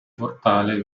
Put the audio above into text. portale